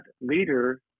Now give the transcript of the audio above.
leader